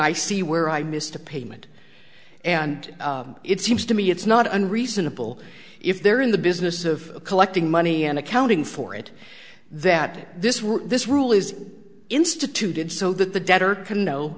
i see where i missed a payment and it seems to me it's not unreasonable if they're in the business of collecting money and accounting for it that this rule this rule is instituted so that the debtor can know